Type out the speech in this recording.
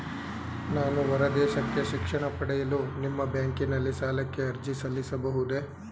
ನಾನು ಹೊರದೇಶಕ್ಕೆ ಶಿಕ್ಷಣ ಪಡೆಯಲು ನಿಮ್ಮ ಬ್ಯಾಂಕಿನಲ್ಲಿ ಸಾಲಕ್ಕೆ ಅರ್ಜಿ ಸಲ್ಲಿಸಬಹುದೇ?